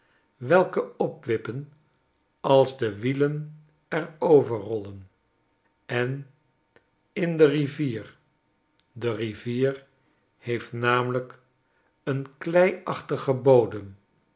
welke opwippen als de wielen er over rollen en in de rivier de rivier heeft namelijk een kleiachtigen bodem